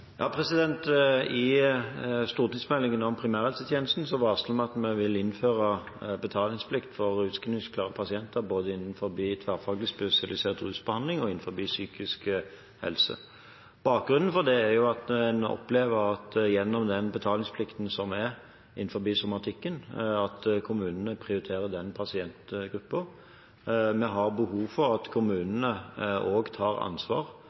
I stortingsmeldingen om primærhelsestjenesten varsler vi at vi vil innføre betalingsplikt for utskrivningsklare pasienter både innenfor tverrfagligspesialisert rusbehandling og innenfor psykisk helse. Bakgrunnen for det er at en opplever med den betalingsplikten som er innenfor somatikken, at kommunene prioriterer den pasientgruppen. Vi har behov for at kommunene også tar ansvar